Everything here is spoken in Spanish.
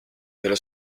pero